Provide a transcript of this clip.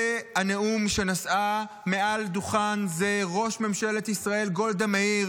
זה הנאום שנשאה מעל דוכן זה ראש ממשלת ישראל גולדה מאיר